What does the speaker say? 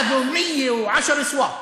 אחד מיאה ועשרה סוואט,